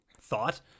thought